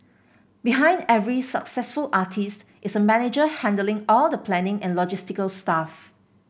behind every successful artist is a manager handling all the planning and logistical stuff